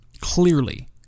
Clearly